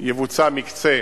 יבוצע מקצה